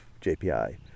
jpi